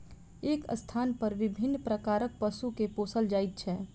एक स्थानपर विभिन्न प्रकारक पशु के पोसल जाइत छै